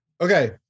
okay